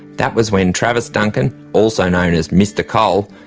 that was when travers duncan, also known as mr coal,